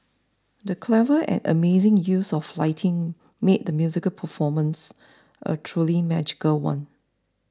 the clever and amazing use of lighting made the musical performance a truly magical one